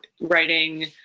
writing